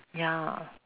ya